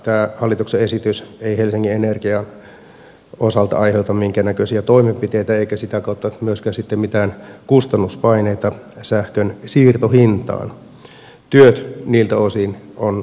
tämä hallituksen esitys ei helsingin energian osalta aiheuta minkäännäköisiä toimenpiteitä eikä sitä kautta myöskään sitten mitään kustannuspaineita sähkön siirtohintaan työt niiltä osin on tämän yhtiön osalta jo tehty